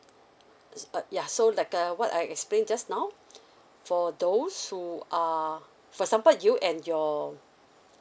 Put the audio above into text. s~ uh ya so like err what I explain just now for those who are for example you and your